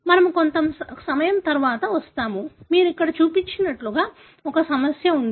మనము కి కొంత సమయం తరువాత వస్తాము మీరు ఇక్కడ చూసినట్లుగా ఒక సమస్య ఉంది